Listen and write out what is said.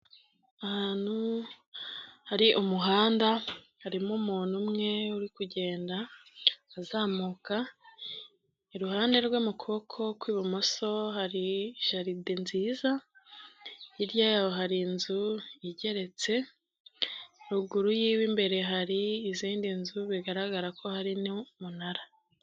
Ahantu hari umuhanda harimo umuntu umwe uri kugenda azamuka, iruhande rwe mu kuboko kw'ibumoso hari jaride nziza, hirya yaho hari inzu igeretse, ruguru y'iwe imbere hari izindi nzu bigaragara ko hari n'umunara.